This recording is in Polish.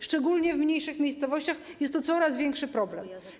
Szczególnie w mniejszych miejscowościach jest to coraz większy problem.